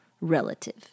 relative